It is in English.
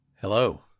Hello